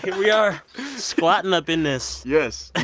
we are squatting up in this yes.